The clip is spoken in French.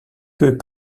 peut